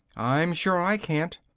i'm sure i can't!